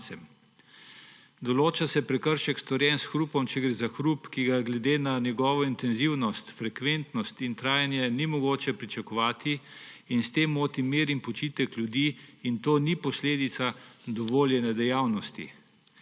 Določa se prekršek, storjen s hrupom, če gre za hrup, ki ga glede na njegovo intenzivnost, frekventnost in trajanje ni mogoče pričakovati ter s tem moti mir in počitek ljudi in to ni posledica dovoljene dejavnosti.